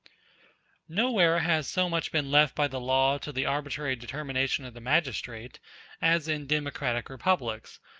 nowhere has so much been left by the law to the arbitrary determination of the magistrate as in democratic republics,